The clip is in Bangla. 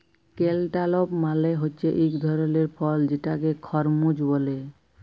ক্যালটালপ মালে হছে ইক ধরলের ফল যেটাকে খরমুজ ব্যলে